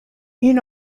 une